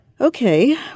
Okay